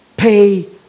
pay